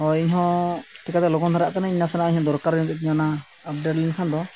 ᱦᱳᱭ ᱤᱧ ᱦᱚᱸ ᱪᱤᱠᱟᱹᱛᱮ ᱞᱚᱜᱚᱱ ᱫᱷᱟᱨᱟᱜ ᱠᱟᱹᱱᱟ ᱤᱧ ᱱᱟᱥᱮᱱᱟᱜ ᱤᱧᱦᱚᱸ ᱫᱚᱨᱠᱟᱨ ᱧᱚᱜ ᱛᱤᱧᱟᱹ ᱚᱱᱟ ᱟᱯᱰᱮᱴ ᱞᱮᱱ ᱠᱷᱟᱱ ᱫᱚ